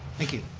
thank you.